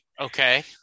Okay